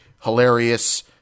hilarious